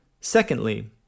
Secondly